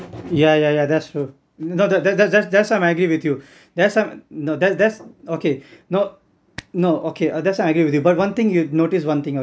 yeah yeah yeah that's true no that that that's I'm I agree with you that's I'm no that that's okay not no okay ah that's I'm agree with you but one thing you notice one thing